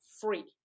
free